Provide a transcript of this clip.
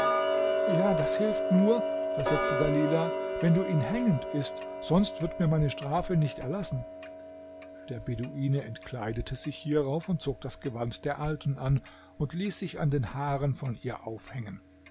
ja das hilft nur versetzte dalilah wenn du ihn hängend ißt sonst wird mir meine strafe nicht erlassen der beduine entkleidete sich hierauf und zog das gewand der alten an und ließ sich an den haaren von ihr aufhängen